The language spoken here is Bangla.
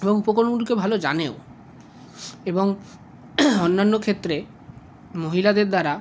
এবং উপকরণগুলিকে ভালো জানেও এবং অন্যান্য ক্ষেত্রে মহিলাদের দ্বারা